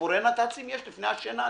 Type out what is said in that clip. סיפורי נת"צים יש לפני השינה,